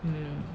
mm